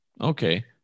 Okay